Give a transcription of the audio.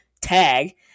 tag